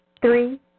Three